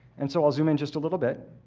and so i'll zoom in just a little bit,